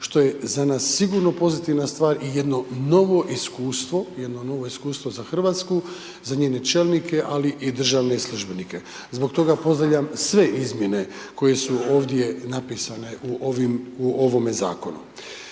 što je za nas sigurno pozitivna stvar i jedno novo iskustvo, jedno novo iskustvo za Hrvatsku za njene čelnike, ali i državne službenike. Zbog toga pozdravljam sve izmjene koje su ovdje napisane u ovim, u